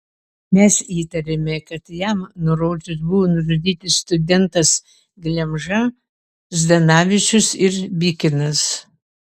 mes įtarėme kad jam nurodžius buvo nužudyti studentas glemža zdanavičius ir bikinas